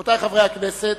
רבותי חברי הכנסת,